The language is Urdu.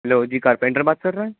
ہیلو جی کارپینٹر بات کر رہے ہیں